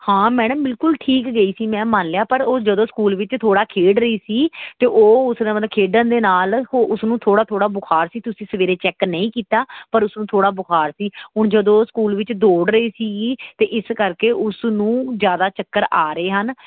ਹਾਂ ਮੈਡਮ ਬਿਲਕੁਲ ਠੀਕ ਗਈ ਸੀ ਮੈਂ ਮੰਨ ਲਿਆ ਪਰ ਉਹ ਜਦੋਂ ਸਕੂਲ ਵਿੱਚ ਥੋੜ੍ਹਾ ਖੇਡ ਰਹੀ ਸੀ ਅਤੇ ਉਹ ਉਸ ਦਾ ਮਤਲਬ ਖੇਡਣ ਦੇ ਨਾਲ ਹੋ ਉਸਨੂੰ ਥੋੜ੍ਹਾ ਥੋੜ੍ਹਾ ਬੁਖਾਰ ਸੀ ਤੁਸੀਂ ਸਵੇਰੇ ਚੈੱਕ ਨਹੀਂ ਕੀਤਾ ਪਰ ਉਸ ਨੂੰ ਥੋੜ੍ਹਾ ਬੁਖਾਰ ਸੀ ਹੁਣ ਜਦੋਂ ਉਹ ਸਕੂਲ ਵਿੱਚ ਦੋੜ ਰਹੀ ਸੀ ਅਤੇ ਇਸ ਕਰਕੇ ਉਸਨੂੰ ਜ਼ਿਆਦਾ ਚੱਕਰ ਆ ਰਹੇ ਹਨ